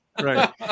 Right